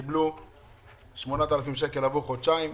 הם קיבלו 8,000 שקל עבור חודשיים.